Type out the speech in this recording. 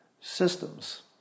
systems